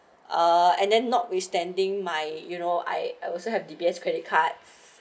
uh and then notwithstanding my you know I I also have D_B_S credit card